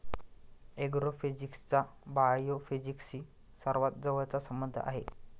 ऍग्रोफिजिक्सचा बायोफिजिक्सशी सर्वात जवळचा संबंध आहे